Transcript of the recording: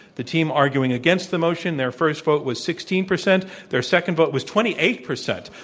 the team arguing against the motion, their first vote was sixteen percent, their second vote was twenty eight percent.